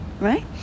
right